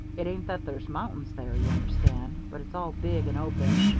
it ain't that there's mountains there, you understand, but it's all big and open,